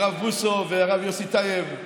הרב בוסו והרב יוסי טייב,